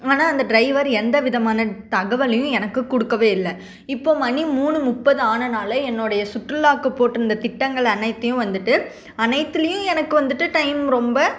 ஆனால் அந்த டிரைவர் எந்த விதமான தகவலையும் எனக்கு கொடுக்கவே இல்லை இப்போ மணி மூணு முப்பது ஆனனால என்னோடைய சுற்றுலாக்கு போட்டுருந்த திட்டங்கள் அனைத்தையும் வந்துவிட்டு அனைத்துலையும் எனக்கு வந்துவிட்டு டைம் ரொம்ப